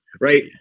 right